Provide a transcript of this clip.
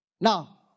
Now